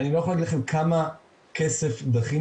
אני לא יכול להגיד לכם כמה כסף דחינו